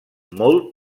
molt